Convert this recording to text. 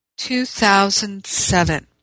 2007